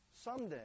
someday